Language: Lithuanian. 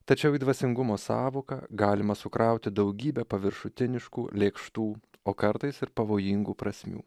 tačiau į dvasingumo sąvoką galima sukrauti daugybę paviršutiniškų lėkštų o kartais ir pavojingų prasmių